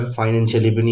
financially